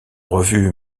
revues